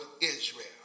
Israel